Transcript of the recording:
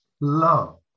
love